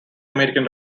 american